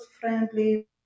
friendly